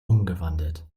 umgewandelt